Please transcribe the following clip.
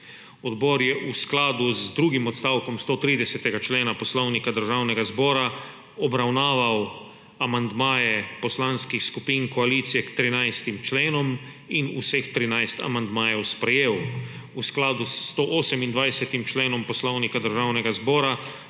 Odbor je v skladu z drugim odstavkom 130. člena Poslovnika Državnega zbora obravnaval amandmaje poslanskih skupin koalicije k trinajstim členom in vseh trinajst amandmajev sprejel. V skladu s 128. členom Poslovnika Državnega zbora